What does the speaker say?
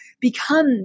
become